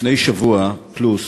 לפני שבוע פלוס,